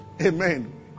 Amen